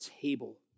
table